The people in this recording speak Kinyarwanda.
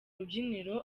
rubyiniro